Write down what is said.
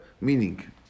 meaning